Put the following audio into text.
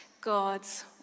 God's